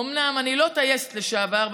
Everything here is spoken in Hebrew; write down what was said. אומנם אני לא טייסת לשעבר,